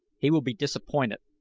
he will be disappointed,